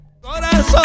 Corazón